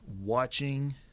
watching